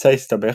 המבצע הסתבך,